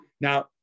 Now